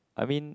I mean